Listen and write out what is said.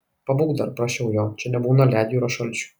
pabūk dar prašiau jo čia nebūna ledjūrio šalčių